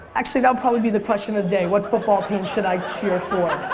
actually that'll probably be the question of the day, what football team should i cheer for?